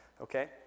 okay